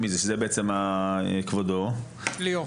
שזה בעצם כבודו --- ליאור.